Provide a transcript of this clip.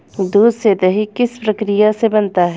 दूध से दही किस प्रक्रिया से बनता है?